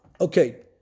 Okay